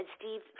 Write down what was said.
Steve